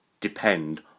depend